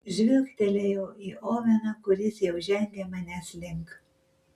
žvilgtelėjau į oveną kuris jau žengė manęs link